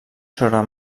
sobre